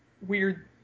weird